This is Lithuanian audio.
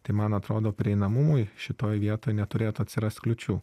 tai man atrodo prieinamumui šitoj vietoj neturėtų atsirast kliūčių